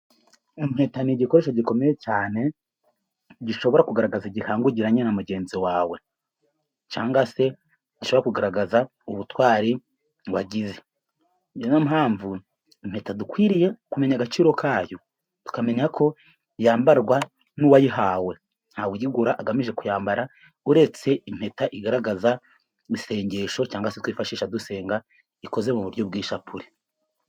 Impeta ni igikoresho gikomeye cyane, gishobora kugaragaza igihango ugiranye na mugenzi wawe, cyangwa se ishobora kugaragaza ubutwari wagize, niyo mpamvu impeta dukwiriye kumenya agaciro kayo, tukamenya ko yambarwa n'uwayihawe, ntawe uyigura agamije kuyambara, uretse impeta igaragaza isengesho, cyangwa se twifashisha dusenga ikoze mu buryo bw'ishapule.